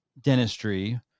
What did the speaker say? dentistry